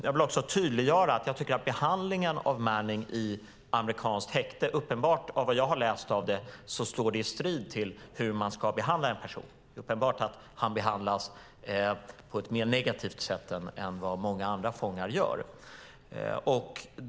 Jag vill också tydliggöra att jag tycker att behandlingen av Manning i amerikanskt häkte, enligt vad jag har läst om det, uppenbart står i strid med hur man ska behandla en person. Det är uppenbart att han behandlas på ett mer negativt sätt än många andra fångar.